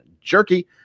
Jerky